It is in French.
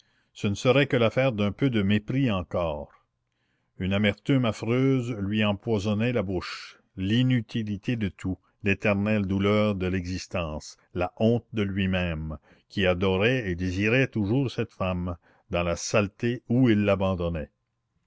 ce ne serait que l'affaire d'un peu de mépris encore une amertume affreuse lui empoisonnait la bouche l'inutilité de tout l'éternelle douleur de l'existence la honte de lui-même qui adorait et désirait toujours cette femme dans la saleté où il l'abandonnait